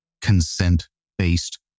consent-based